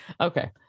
Okay